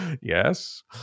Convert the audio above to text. Yes